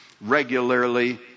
regularly